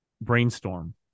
Brainstorm